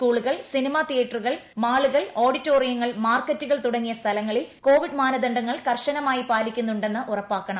സ്കൂളുകൾ സിനിമ തീയറ്ററുകൾ മാളുകൾ ഓഡിറ്റോറിയങ്ങൾ മാർക്കറ്റുകൾ തുടങ്ങിയ സ്ഥലങ്ങളിൽ കോവിഡ് മാനദണ്ഡം കർശനമായി പാലിക്കുന്നുണ്ടെന്ന് ഉറപ്പാക്കണം